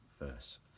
verse